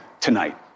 tonight